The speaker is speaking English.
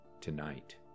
tonight